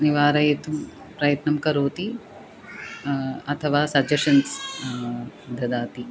निवारयितुं प्रयत्नं करोति अथवा सजेशन्स् ददाति